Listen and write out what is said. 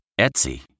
Etsy